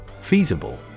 Feasible